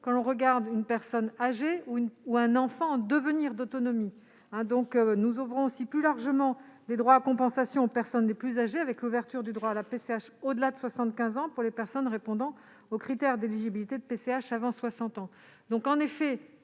qu'il s'agit d'une personne âgée ou d'un enfant en devenir d'autonomie. Nous ouvrons aussi plus largement les droits à compensation aux personnes les plus âgées avec l'ouverture du droit à la PCH au-delà de 75 ans pour les personnes répondant aux critères d'éligibilité de la PCH avant 60 ans. L'heure est